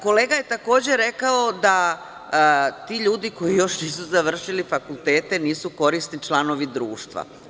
Kolega je takođe rekao da ti ljudi koji nisu još završili fakultete nisu korisni članovi društva.